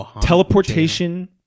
teleportation